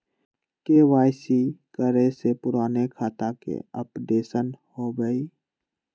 KYC करें से पुराने खाता के अपडेशन होवेई?